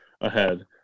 ahead